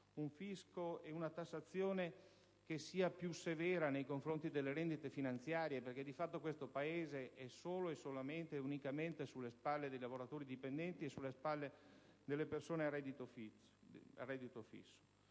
assumono; una tassazione più severa nei conferiti delle rendite finanziarie, perché di fatto questo Paese è solo ed unicamente sulle spalle dei lavoratori dipendenti e delle persone a reddito fisso;